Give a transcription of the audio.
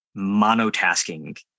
monotasking